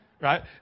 right